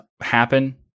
happen